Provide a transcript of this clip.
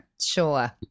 sure